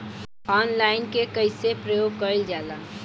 Online के कइसे प्रयोग कइल जाला?